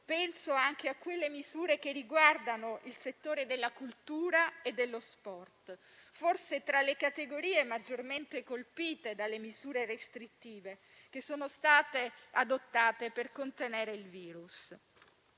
penso anche alle misure che riguardano il settore della cultura e dello sport, forse tra le categorie maggiormente colpite dalle restrizioni adottate per contenere il virus.